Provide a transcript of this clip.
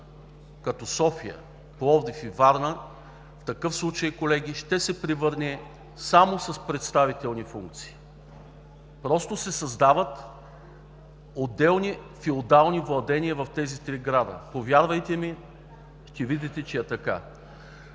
като София, Пловдив и Варна, в такъв случай, колеги, ще бъде само с представителни функции. Просто се създават отделни феодални владения в тези три града, повярвайте ми, ще видите, че е така.